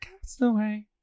Castaway